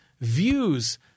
Views